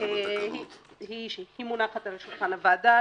היא מונחת על שולחן הוועדה,